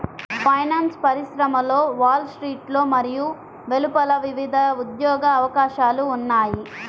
finance పరిశ్రమలో wall స్ట్రీట్లో మరియు వెలుపల వివిధ ఉద్యోగ అవకాశాలు ఉన్నాయి